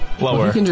Lower